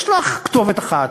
יש לך כתובת אחת,